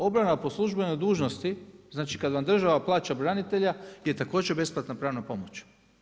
Obrana po službenoj dužnosti, znači kada vam država plaća branitelja je također besplatna pravna pomoć.